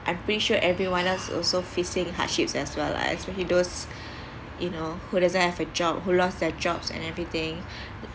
I'm pretty sure everyone else also facing hardships as well lah especially those you know who doesn't have a job who lost their jobs and everything